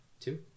two